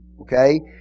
okay